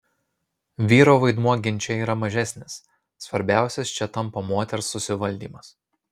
vyro vaidmuo ginče yra mažesnis svarbiausias čia tampa moters susivaldymas